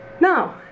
now